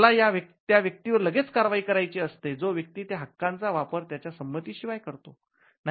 त्याला त्या व्यक्तीवर लगेच कारवाई करायची असते जो व्यक्ती त्या हक्कांचा वापर त्याच्या संमती शिवाय करतो